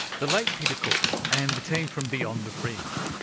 the late peter cook, and the team from beyond the fringe.